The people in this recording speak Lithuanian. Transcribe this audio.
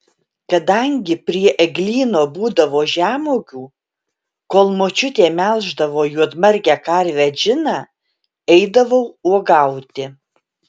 kadangi prie eglyno būdavo žemuogių kol močiutė melždavo juodmargę karvę džiną eidavau uogauti